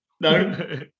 no